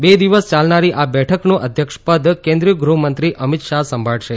બે દિવસ યાલનારી આ બેઠકનું અધ્યક્ષપદ કેન્દ્રીય ગૃહમંત્રી અમીત શાહ સંભાળશે